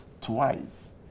twice